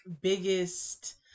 biggest